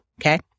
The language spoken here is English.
okay